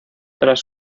tras